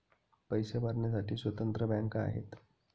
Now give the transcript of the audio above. पैसे भरण्यासाठी स्वतंत्र बँका आहेत